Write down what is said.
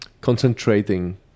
concentrating